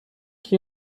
qui